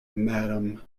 madam